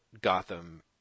Gotham